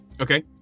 Okay